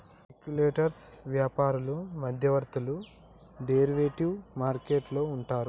speculators వ్యాపారులు మధ్యవర్తులు derivative market లో ఉంటారు